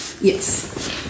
Yes